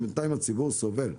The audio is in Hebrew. ובינתיים הציבור סובל.